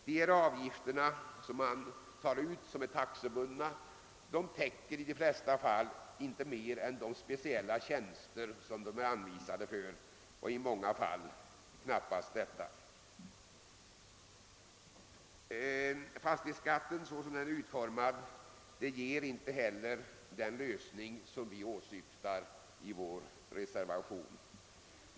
De avgifter som man tar ut och som är taxebundna täcker i de flesta fall inte mer än kostnaderna för de speciella tjänster de är avsedda för, i många fall knappast ens dem. Fastighetsskatten ger inte heller, såsom den är utformad, den lösning som vi åsyftar i vår reservation.